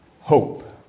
hope